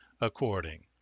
according